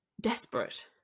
desperate